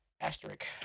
asterisk